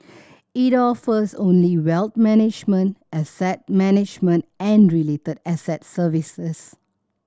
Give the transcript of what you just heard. it offers only wealth management asset management and related asset services